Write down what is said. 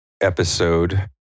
episode